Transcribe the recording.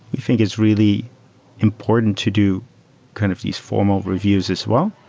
think it's really important to do kind of these formal reviews as well.